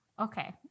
Okay